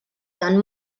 san